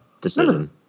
decision